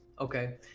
Okay